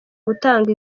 gutanga